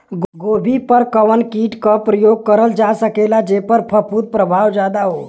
गोभी पर कवन कीट क प्रयोग करल जा सकेला जेपर फूंफद प्रभाव ज्यादा हो?